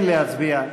כן להצביע.